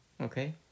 Okay